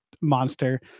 monster